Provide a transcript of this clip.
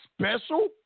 special